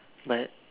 but